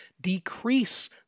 Decrease